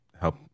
help